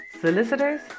solicitors